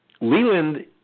Leland